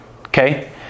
Okay